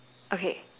okay